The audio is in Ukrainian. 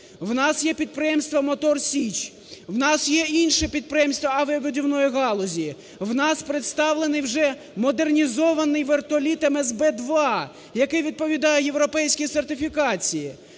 В нас є підприємство "Мотор Січ", в нас є інші підприємства авіабудівної галузі. В нас представлений вже модернізований вертоліт МСБ-2, який відповідає європейській сертифікації.